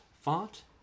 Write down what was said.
font